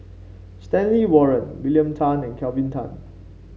Stanley Warren William Tan and Kelvin Tan